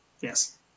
Yes